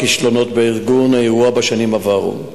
כישלונות בארגון האירוע בשנים עברו.